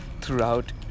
throughout